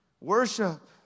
Worship